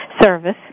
service